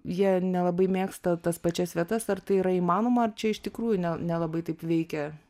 jie nelabai mėgsta tas pačias vietas ar tai yra įmanoma ar čia iš tikrųjų ne nelabai taip veikia